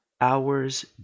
hours